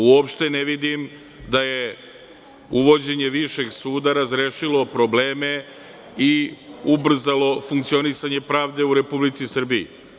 Uopšte ne vidim da je uvođenje Višeg suda razrešilo probleme i ubrzalo funkcionisanje pravde u Republici Srbiji.